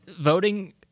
Voting